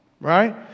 right